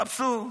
יחפשו,